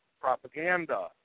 propaganda